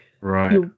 Right